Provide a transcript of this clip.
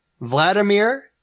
Vladimir